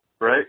right